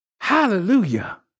Hallelujah